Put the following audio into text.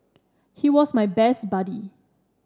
he was my best buddy